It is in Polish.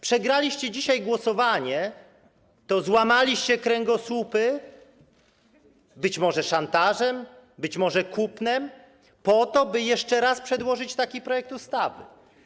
Przegraliście dzisiaj głosowanie, to złamaliście kręgosłupy, być może szantażem, być może kupnem, po to, by jeszcze raz przedłożyć taki projekt ustawy.